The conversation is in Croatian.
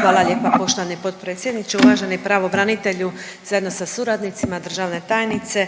Hvala lijepa poštovani potpredsjedniče, uvaženi pravobranitelju zajedno sa suradnicima, državne tajnice.